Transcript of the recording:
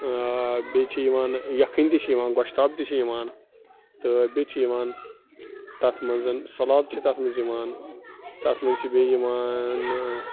بیٚیہِ چھِ یِوان یَکھٕنۍ تہِ چھِ یِوان گۄشتاب تہِ چھِ یِوان تہٕ بیٚیہِ چھِ یِوان تَتھ مَنٛز سلات چھِ تَتھ منٛز یِوان تَتھ منٛز چھِ بیٚیہِ یِوان